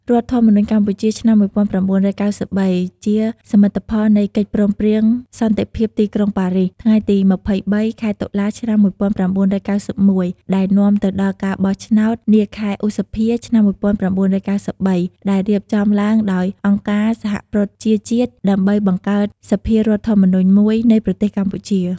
រដ្ឋធម្មនុញ្ញកម្ពុជាឆ្នាំ១៩៩៣ ជាសមិទ្ធផលនៃកិច្ចព្រមព្រៀងសន្តិភាពទីក្រុងប៉ារីស ថ្ងៃទី២៣ ខែតុលា ឆ្នាំ១៩៩១ ដែលនាំទៅដល់ការបោះឆ្នោត នាខែឧសភា ឆ្នាំ១៩៩៣ ដែលរៀបចំឡើងដោយអង្គការសហប្រជាជាតិ ដើម្បីបង្កើតសភាធម្មនុញ្ញមួយនៃប្រទេសកម្ពុជា។